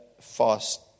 fast